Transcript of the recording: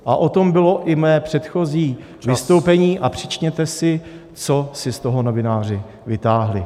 A o tom bylo i mé předchozí vystoupení, a přečtěte si, co si z toho novináři vytáhli.